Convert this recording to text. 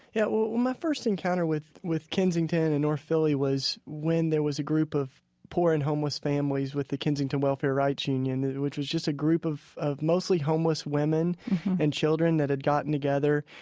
yeah. well, my first encounter with with kensington in north philly was when there was a group of poor and homeless families with the kensington welfare rights union, which was just a group of of mostly homeless women and children that had gotten together.